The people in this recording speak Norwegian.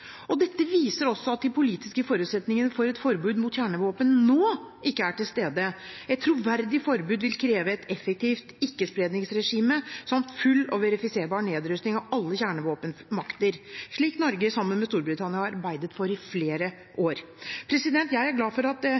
Dette viser også at de politiske forutsetningene for et forbud mot kjernevåpen nå ikke er til stede. Et troverdig forbud vil kreve et effektivt ikkespredningsregime, som full og verifiserbar nedrustning av alle kjernevåpenmakter, slik Norge – sammen med Storbritannia – har arbeidet for i flere år. Jeg er glad for at